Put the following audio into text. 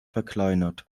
verkleinert